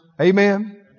Amen